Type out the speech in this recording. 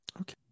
Okay